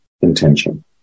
intention